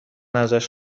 ازش